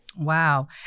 Wow